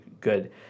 good